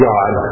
God